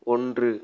ஒன்று